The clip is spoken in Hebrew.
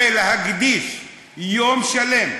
ולהקדיש יום שלם בוועדות,